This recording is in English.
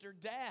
Dad